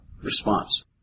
response